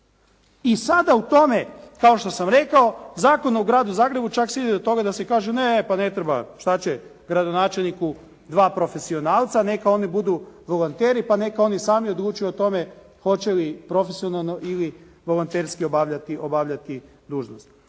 I sada u tome, kao što sam rekao Zakonu o Gradu Zagrebu čak se ide do toga da se kaže, ne pa ne treba, što će gradonačelniku 2 profesionalca, neka oni budu volonteri pa neka oni sami odlučuju o tome hoće li profesionalno ili volonterski obavljati dužnost.